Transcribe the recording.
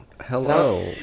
Hello